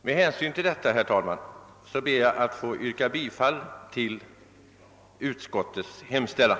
Med hänsyn till vad jag här sagt, herr talman, ber jag att få yrka bifall till utskottets hemställan.